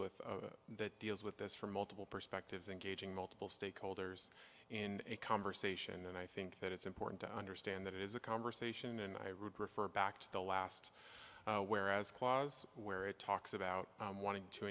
with that deals with this from multiple perspectives and gauging multiple stakeholders in a conversation and i think that it's important to understand that it is a conversation and i refer back to the last whereas clause where it talks about wanting to